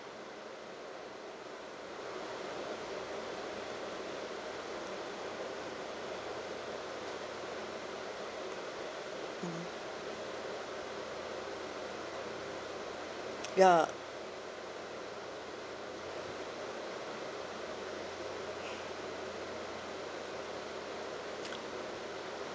ya